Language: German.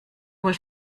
wohl